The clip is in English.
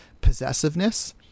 possessiveness